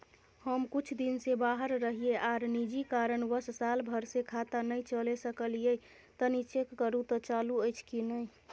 हम कुछ दिन से बाहर रहिये आर निजी कारणवश साल भर से खाता नय चले सकलियै तनि चेक करू त चालू अछि कि नय?